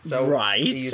Right